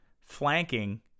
flanking